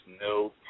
no